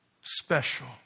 special